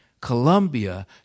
Colombia